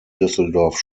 düsseldorf